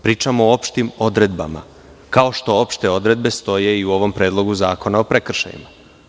Pričam o opštim odredbama, kao što opšte odredbe stoje i u ovom Predlogu zakona o prekršajima.